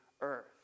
earth